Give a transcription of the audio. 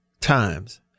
times